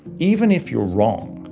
even if you're wrong,